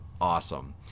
awesome